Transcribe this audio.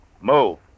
Move